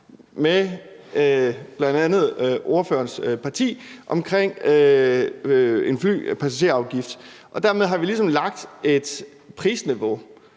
med bl.a. spørgerens parti omkring en flypassagerafgift, og dermed har vi ligesom lagt et prisniveau,